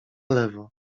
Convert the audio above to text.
lewo